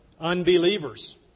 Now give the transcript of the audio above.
unbelievers